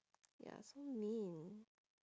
ya so mean